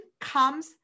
comes